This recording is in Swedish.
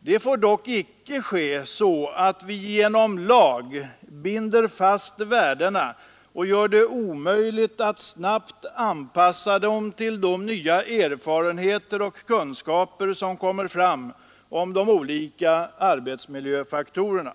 Det får dock inte ske så, att vi genom lag binder fast värdena och gör det omöjligt att snabbt anpassa dem till nya erfarenheter och kunskaper som kommer fram om de olika arbetsmiljöfaktorerna.